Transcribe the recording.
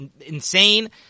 insane